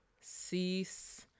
cease